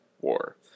war